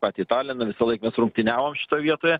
patį taliną visąlaik mes rungtyniavom šitoj vietoje